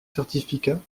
certificats